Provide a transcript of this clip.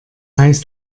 heißt